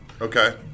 Okay